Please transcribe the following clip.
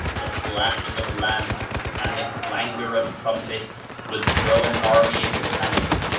the flashing of lamps, and the clangor of trumpets would throw an army into panic,